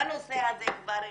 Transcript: בנושא הזה כבר החלטנו.